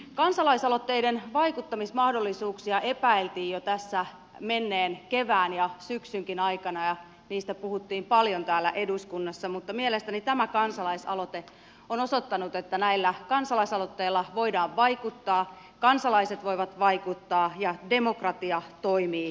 kansalaisaloitteiden vaikuttamismahdollisuuksia epäiltiin jo tässä menneen kevään ja syksynkin aikana ja niistä puhuttiin paljon täällä eduskunnassa mutta mielestäni tämä kansalaisaloite on osoittanut että näillä kansalaisaloitteilla voidaan vaikuttaa kansalaiset voivat vaikuttaa ja demokratia toimii suomessa